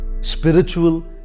Spiritual